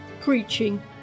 preaching